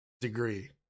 degree